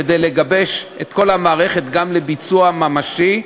כדי לגבש את כל המערכת גם לביצוע ממשי,